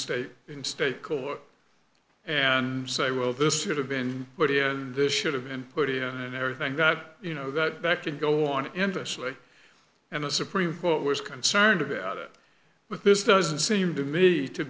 state in state court and say well this should have been put here and this should have been put in and everything got you know that back to go on endlessly and the supreme court was concerned about it but this doesn't seem to me to